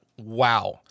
Wow